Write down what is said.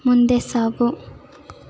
ಮುಂದೆ ಸಾಗು